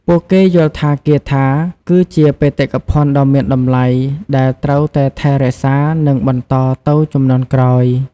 ពួកគេយល់ថាគាថាគឺជាបេតិកភណ្ឌដ៏មានតម្លៃដែលត្រូវតែថែរក្សានិងបន្តទៅជំនាន់ក្រោយ។